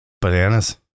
Bananas